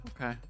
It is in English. Okay